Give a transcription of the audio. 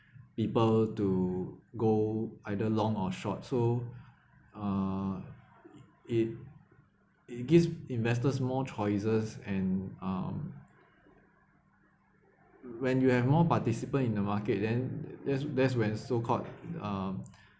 people to go either long or short so uh it it gives investors more choices and um when you have more participant in the market then that's that's when so called um